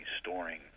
storing